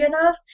enough